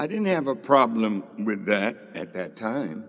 i didn't have a problem with that at that time